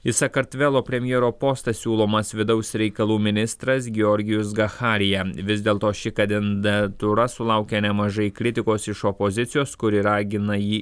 į sakartvelo premjero postą siūlomas vidaus reikalų ministras georgijus gacharija vis dėlto ši kadenda turas sulaukia nemažai kritikos iš opozicijos kuri ragina jį